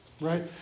Right